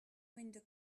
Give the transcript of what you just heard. window